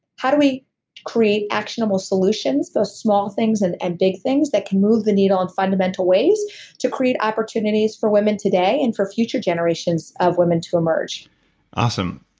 how do we create actionable solutions, the small things and and big things that can move the needle in fundamental ways to create opportunities for women today and for future generations of women to emerge awesome.